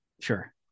Sure